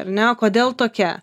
ar ne kodėl tokia